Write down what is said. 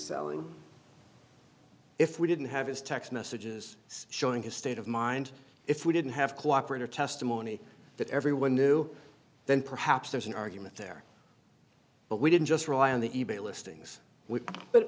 selling if we didn't have his text messages showing his state of mind if we didn't have cooperated testimony that everyone knew then perhaps there's an argument there but we didn't just rely on the e bay listings